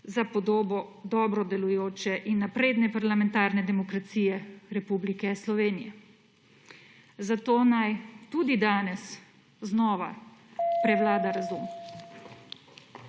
za podobo dobro delujoče in napredne parlamentarne demokracije Republike Slovenije. Zato naj tudi danes znova / znak za